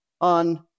on